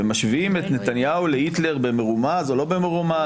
שמשווים את נתניהו להיטלר במרומז או לא במרומז,